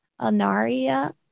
Anaria